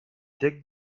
dig